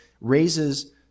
raises